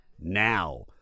now